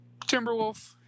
Timberwolf